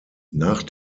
nach